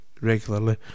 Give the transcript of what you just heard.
regularly